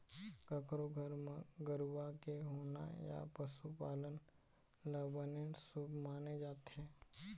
कखरो घर म गरूवा के होना या पशु पालन ल बने शुभ माने जाथे